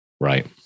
right